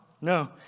no